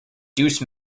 deuce